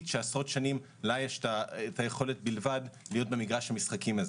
שעשרות שנים יש לה בלבד את היכולת להיות במגרש המשחקים הזה.